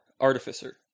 artificer